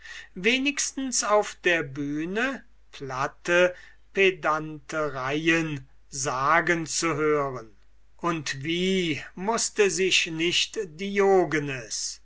wenigstens auf dem schauplatze platte pedantereien sagen zu hören und wie mußte sich nicht diogenes